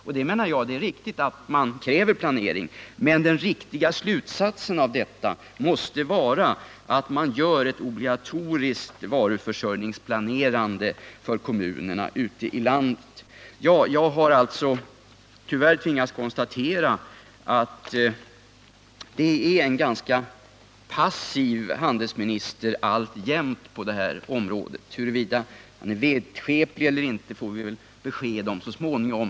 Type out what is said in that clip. Jag tycker det är riktigt att man kräver planering, men den riktiga slutsatsen av detta måste vara att man gör ett obligatoriskt varuförsörjningsplanerande för kommunerna ute i landet. Jag har alltså tyvärr tvingats konstatera att det alltjämt är en ganska passiv handelsminister vi har på detta område. Huruvida han är vidskeplig eller inte får vi väl besked om så småningom.